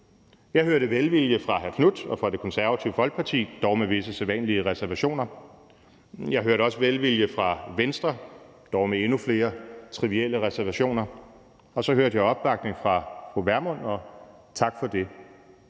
Jeg hørte velvilje fra hr. Marcus Knuth og fra Det Konservative Folkeparti, dog med visse sædvanlige reservationer. Jeg hørte også velvilje fra Venstre, dog med endnu flere trivielle reservationer. Og så hørte jeg opbakning fra fru Pernille Vermund, og tak for det.